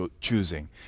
choosing